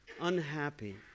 unhappy